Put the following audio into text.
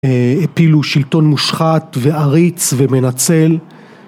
אפילו שלטון מושחת ועריץ ומנצל